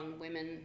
women